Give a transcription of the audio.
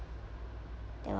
there